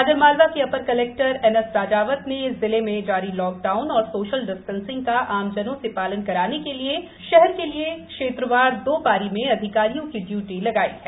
आगरमालवा के upper collector N S Rajawat ने जिले में जारी लाकडाउन तथा सोशल डिस्टेन्सिंग का आमजनों से पालन कराने हेतु आगरमालवा शहर के लिये क्षैत्रवार दो पारी में अधिकारियों की ड्यूटी लगाई है